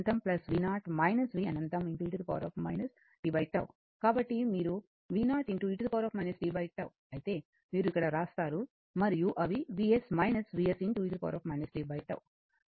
కాబట్టి మీరు v0 e tτ అయితే మీరు ఇక్కడ వ్రాస్తారు మరియు అవి Vs Vs e tτ మీరు Vs కామన్ తీసుకుంటే